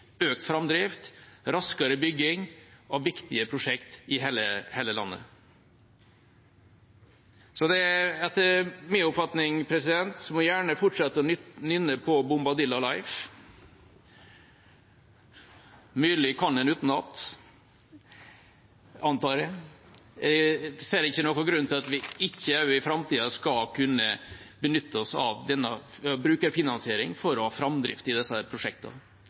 økt framdrift og raskere bygging av viktige prosjekt i hele landet. Etter min oppfatning må man gjerne fortsette å nynne på Bombadilla Life. Representanten Myrli kan den utenat, antar jeg. Jeg ser ikke noen grunn til at vi ikke også i framtida skal kunne benytte oss av brukerfinansiering for å ha framdrift i disse prosjektene.